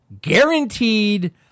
Guaranteed